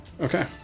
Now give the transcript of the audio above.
Okay